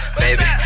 baby